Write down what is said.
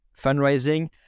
fundraising